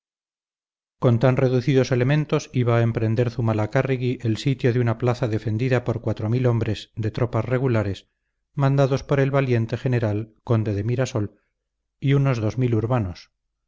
con tan reducidos elementos iba a emprender zumalacárregui el sitio de una plaza defendida por cuatro mil hombres de tropas regulares mandados por el valiente general conde de mirasol y unos dos mil urbanos